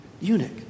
eunuch